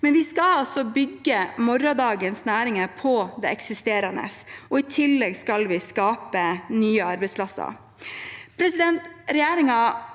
vi skal bygge morgendagens næringer på de eksisterende. I tillegg skal vi skape nye arbeidsplasser.